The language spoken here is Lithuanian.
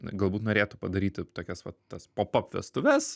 galbūt norėtų padaryti tokias vat tas pop ap vestuves